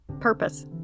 purpose